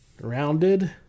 rounded